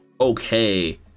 okay